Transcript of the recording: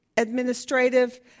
administrative